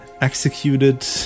executed